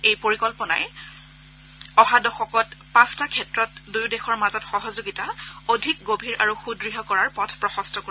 এই পৰিকল্পনাই অহা দশকত পাঁচটা ক্ষেত্ৰত দুয়োদেশৰ মাজৰ সহযোগিতা অধিক গভীৰ আৰু সুদৃঢ় কৰাৰ পথ প্ৰশস্ত কৰিব